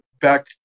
back